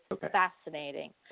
fascinating